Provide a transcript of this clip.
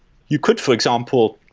you could, for example,